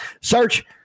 Search